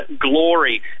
glory